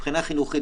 מבחינה חינוכית,